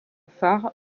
phare